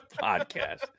Podcast